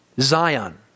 Zion